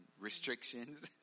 restrictions